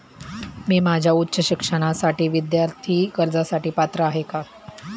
मी माझ्या उच्च शिक्षणासाठी विद्यार्थी कर्जासाठी पात्र आहे का?